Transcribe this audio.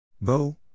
Bo